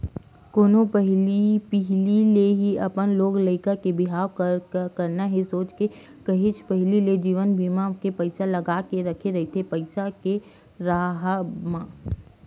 कोनो पहिली ले ही अपन लोग लइका के बिहाव करना हे सोच के काहेच पहिली ले जीवन बीमा म पइसा लगा के रखे रहिथे पइसा के राहब म